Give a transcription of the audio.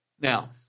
Now